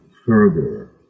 Further